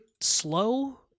slow